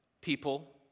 people